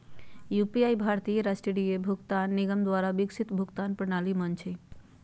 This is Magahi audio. यू.पी.आई भारतीय राष्ट्रीय भुगतान निगम द्वारा विकसित भुगतान प्रणाली मंच हइ